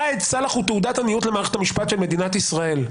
ראאד סלאח הוא תעודת עניות למערכת המשפט של מדינת ישראל.